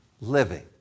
living